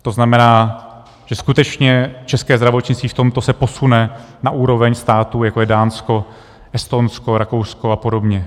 To znamená, že skutečně české zdravotnictví se v tomto posune na úroveň států, jako je Dánsko, Estonsko, Rakousko a podobně.